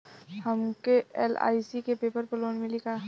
हमके एल.आई.सी के पेपर पर लोन मिली का?